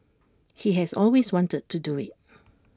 he has always wanted to do IT